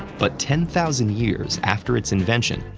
but ten thousand years after its invention,